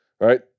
right